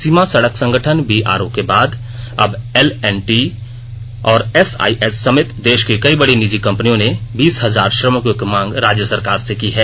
सीमा सड़क संगठन बीआरओ के बाद अब एलएनटी और एसआईएस समेत देष की कई बडी निजी कंपनियों ने बीस हजार श्रमिकों की मांग राज्य सरकार से की है